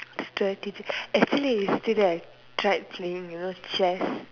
strategic actually yesterday I tried playing you know chess